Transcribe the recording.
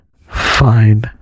Fine